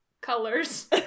colors